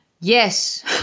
Yes